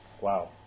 Wow